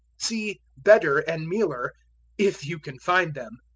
see bedder and mealer if you can find them.